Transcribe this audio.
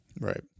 Right